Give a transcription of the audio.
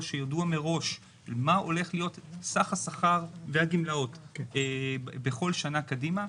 שידוע מראש מה הולך להיות סך השכר והגמלאות בכל שנה קדימה,